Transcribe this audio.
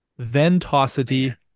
Ventosity